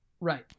Right